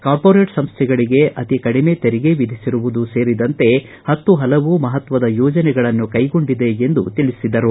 corporate ಸಂಸ್ಥೆಗಳಿಗೆ ಅತಿ ಕಡಿಮೆ ತೆರಿಗೆ ವಿಧಿಸಿರುವುದು ಸೇರಿದಂತೆ ಹತ್ತು ಹಲವು ಮಹತ್ವದ ಯೋಜನೆಗಳನ್ನು ಕೈಗೊಂಡಿದೆ ಎಂದು ತಿಳಿಸಿದರು